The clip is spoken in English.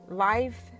Life